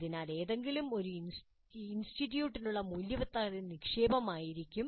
അതിനാൽ ഇത് ഏതെങ്കിലും ഇൻസ്റ്റിറ്റ്യൂട്ടിനുള്ള മൂല്യവത്തായ നിക്ഷേപമായിരിക്കും